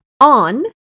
on